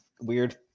Weird